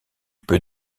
peut